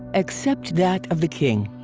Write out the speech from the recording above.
except that of the king.